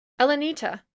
Elenita